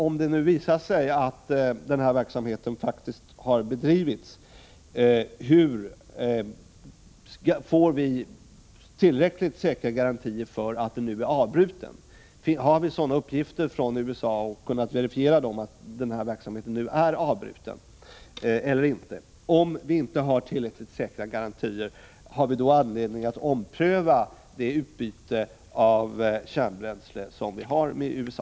Om det nu visar sig att den här verksamheten faktiskt har bedrivits, hur kan vi då få tillräckligt säkra garantier för att verksamheten nu har upphört? Finns det uppgifter från USA som kunnat verifieras om att den här verksamheten nu har upphört, eller finns det inte några sådana uppgifter? Om vi inte har tillräckligt säkra garantier, har vi då anledning att göra en omprövning när det gäller det utbyte av kärnbränsle som vi har med USA?